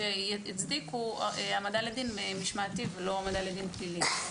שיצדיקו העמדה לדין משמעתי ולא העמדה לדין פלילי.